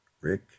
Rick